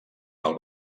pel